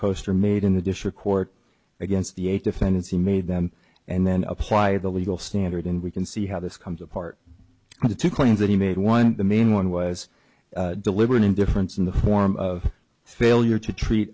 coaster made in the district court against the eight defendants he made them and then apply the legal standard and we can see how this comes apart due to claims that he made one the main one was deliberate indifference in the form of failure to treat